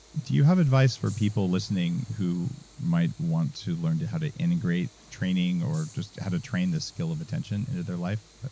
do you have advice for people listening who might want to learn how to integrate training or just how to train the skill of attention into their life?